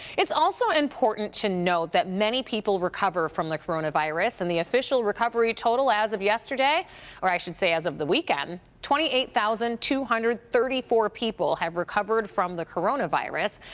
it's also important to note that many people recover from the coronavirus and the official recovery total as of yesterday or i should say as of the weekend twenty eight thousand two hundred and thirty four people have recovered from the coronavirus.